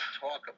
talk